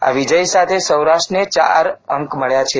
આ વિજય સાથે સૌરાષ્ટ્રને ચાર અંક મળ્યા છે